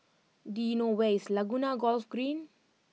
do you know where is Laguna Golf Green